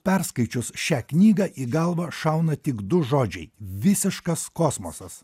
perskaičius šią knygą į galvą šauna tik du žodžiai visiškas kosmosas